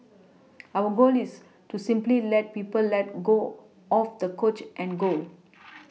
our goal is to simply let people let got off the couch and go